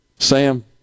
Sam